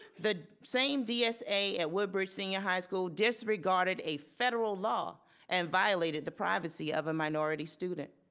the same dsa at woodbridge senior high school disregarded a federal law and violated the privacy of a minority student.